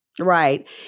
Right